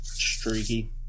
streaky